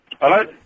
Hello